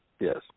Yes